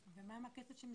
ומה עם הכסף של משרד הקליטה?